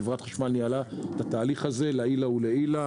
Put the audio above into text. וחברת החשמל ניהלה את התהליך הזה לעילא ולעילא.